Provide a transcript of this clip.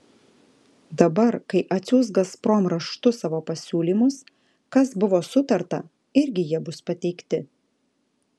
dabar kai atsiųs gazprom raštu savo pasiūlymus kas buvo sutarta irgi jie bus pateikti